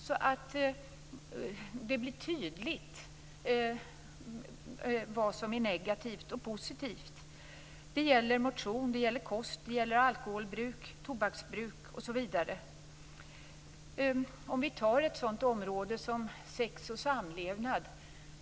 Det måste bli tydligt vad som är negativt och positivt. Det gäller motion, kost, alkoholbruk, tobaksbruk osv. Vi kan ta ett område som sex och samlevnad.